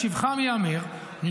לשבחם ייאמר --- אוקיי,